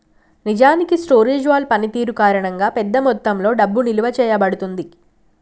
నిజానికి storage wall పనితీరు కారణంగా పెద్ద మొత్తంలో డబ్బు నిలువ చేయబడుతుంది